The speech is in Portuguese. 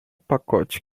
pacote